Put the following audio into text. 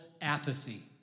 apathy